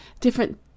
different